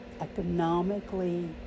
economically